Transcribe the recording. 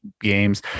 games